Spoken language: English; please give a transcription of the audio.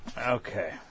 Okay